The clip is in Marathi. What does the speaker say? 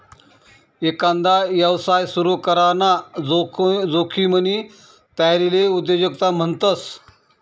एकांदा यवसाय सुरू कराना जोखिमनी तयारीले उद्योजकता म्हणतस